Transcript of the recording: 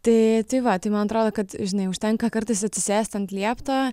tai tai va tai man atrodo kad žinai užtenka kartais atsisėsti ant liepto